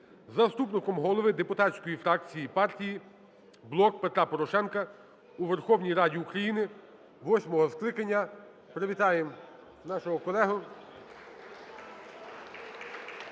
заступником голови депутатської фракції партії "Блок Петра Порошенка" у Верховній Раді України восьмого скликання". Привітаємо нашого колегу.